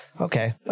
Okay